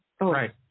Right